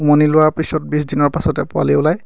উমনি লোৱাৰ পিছত বিছদিনৰ পাছতে পোৱালি ওলায়